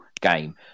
game